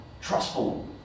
trustful